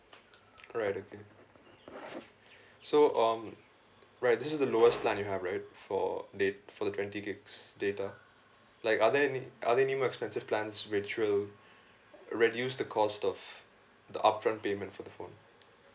alright okay so um right this is the lowest plan you have right for da~ for the twenty gigs data like are they any are they any more expensive plans which will reduce the cost of the upfront payment for the phone